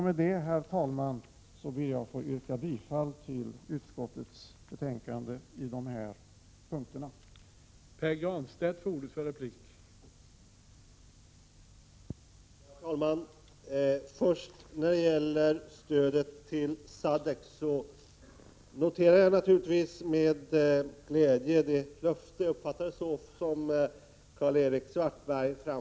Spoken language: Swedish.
Med detta, herr talman, ber jag att få yrka bifall till utskottets hemställan på de punkter jag berört.